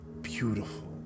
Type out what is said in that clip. beautiful